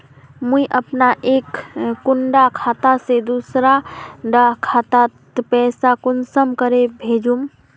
मुई अपना एक कुंडा खाता से दूसरा डा खातात पैसा कुंसम करे भेजुम?